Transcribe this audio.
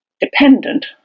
dependent